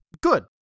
Good